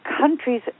countries